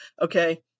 Okay